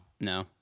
No